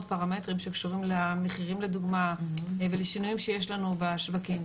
פרמטרים שקשורים למחירים לדוגמה ולשינויים שיש לנו בשווקים.